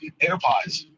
AirPods